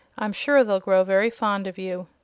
i'm sure they'll grow very fond of you.